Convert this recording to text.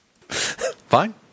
Fine